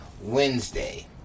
Wednesday